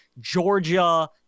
Georgia